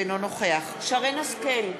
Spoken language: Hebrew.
אינו נוכח שרן השכל,